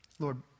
Lord